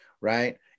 Right